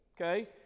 Okay